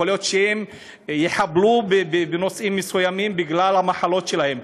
יכול להיות שהם יחבלו בנושאים מסוימים בגלל המחלות שלהם,